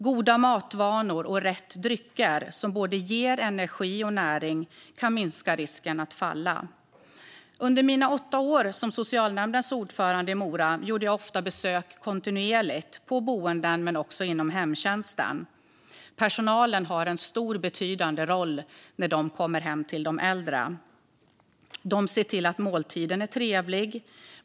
Goda matvanor och rätt drycker, som ger både energi och näring, kan minska risken att man faller. Under mina åtta år som socialnämndens ordförande i Mora gjorde jag kontinuerligt besök på boenden men även inom hemtjänsten. Personalen har en stor och betydande roll när de kommer hem till de äldre. De ser till att måltiden är trevlig.